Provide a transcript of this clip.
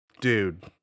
Dude